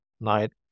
night